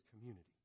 community